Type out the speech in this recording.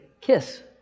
kiss